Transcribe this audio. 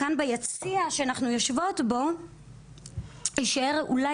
כאן ביציע שאנחנו יושבות בו יישאר אולי